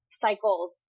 cycles